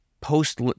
post